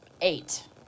Eight